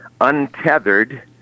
untethered